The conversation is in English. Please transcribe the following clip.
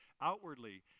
Outwardly